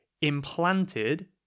implanted